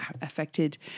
affected